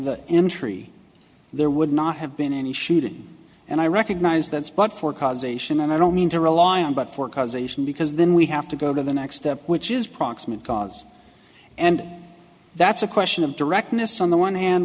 entry there would not have been any shooting and i recognize that spot for causation and i don't mean to rely on but for causation because then we have to go to the next step which is proximate cause and that's a question of directness on the one hand